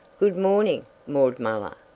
good morning, maud muller,